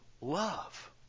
love